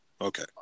Okay